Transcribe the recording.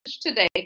today